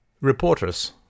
Reporters